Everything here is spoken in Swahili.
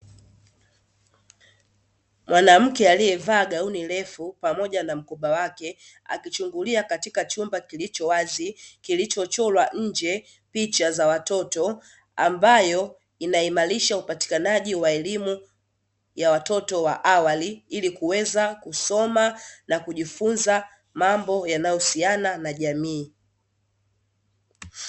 Mwanamke aliyevaa gauni refu pamoja na mkoba wake, akichungulia katika chumba kilicho wazi, kilichochorwa nje picha za watoto ambayo inaimarisha upatikanaji wa elimu ya watoto wa awali, ili kuweza kusoma na kujifunza mambo yanayohusiana na jamii.